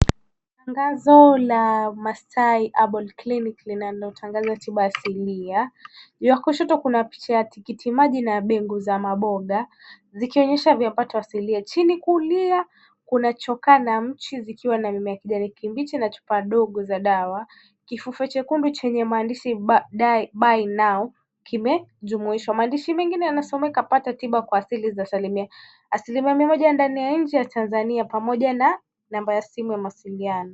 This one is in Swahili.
Tangazo la Masai Herbal Clinic linalotangaza tiba asilia, ya kushoto kuna picha la tikitimaji na mbegu za maboga zikionyesha vyapato asilia. Chini kulia kuna chokaa na mchi zikiwa na mimea ya kijani kibichi na chupa dogo za dawa. Kifufe chekundu chenye maandishi buy now kimejumuishwa. Maandishi mengine yanasomeka 'pata tiba kwa asili za asilimia' asilimia mia moja ndani ya nje ya Tanzania pamoja na namba ya simu ya mawasiliano.